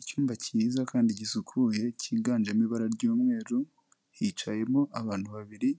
Icyumba cyiza kandi gisukuye cyiganjemo ibara ry'umweru hicayemo abantu babiri